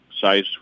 size